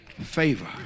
favor